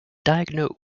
diagnosed